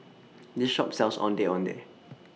This Shop sells Ondeh Ondeh